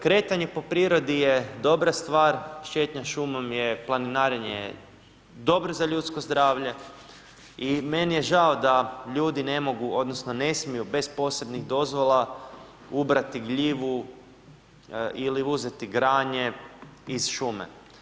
Kretanje po prirodi je dobra stvar, šetnja šumom, planiranje je dobro za ljudsko zdravlje i meni je žao da ljudi ne mogu odnosno ne smiju bez posebnih dozvola ubrati gljivu ili uzeti granje iz šume.